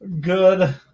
Good